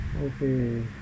Okay